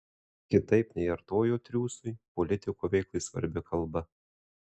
kitaip nei artojo triūsui politiko veiklai svarbi kalba